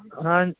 ਹਾਂ